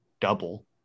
double